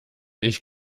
ich